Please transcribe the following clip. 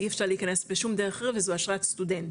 אי אפשר להיכנס בשום דרך אחרת וזו אשרת סטודנט,